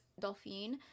Dolphine